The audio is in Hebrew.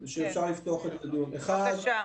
אחד,